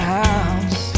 house